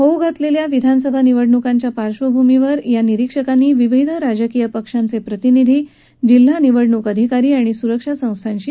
होऊ घातलेल्या विधानसभा निवडणूकांच्या पार्श्वभूमीवर या निरीक्षकांनी विविध राजकीय पक्षांचे प्रतिनिधी जम्मूतल्या विविध जिल्हा निवडणूक अधिकारी आणि सुरक्षा संस्थांशी चर्चा केली